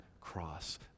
cross